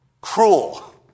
Cruel